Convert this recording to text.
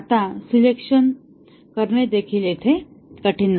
आता सिलेक्शन करणे देखील येथे कठीण नाही